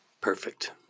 perfect